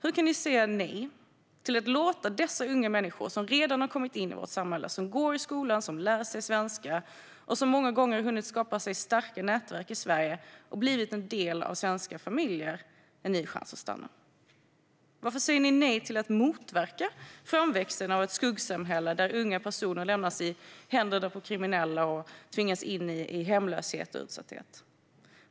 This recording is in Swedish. Hur kan ni säga nej till att låta dessa unga människor, som redan har kommit in i vårt samhälle, går i skolan, lär sig svenska och många gånger har hunnit skapa sig starka nätverk i Sverige och blivit en del av svenska familjer, en ny chans att stanna? Varför säger ni nej till att motverka framväxten av ett skuggsamhälle, där unga personer lämnas i händerna på kriminella och tvingas in i hemlöshet och utsatthet?